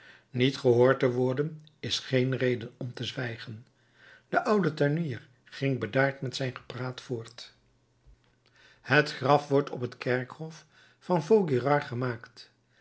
niet gehoord te worden is geen reden om te zwijgen de oude tuinier ging bedaard met zijn gepraat voort het graf wordt op het kerkhof van vaugirard gemaakt